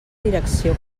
direcció